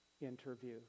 interview